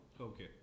Okay